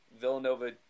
Villanova